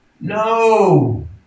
No